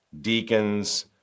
deacons